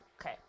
Okay